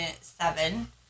seven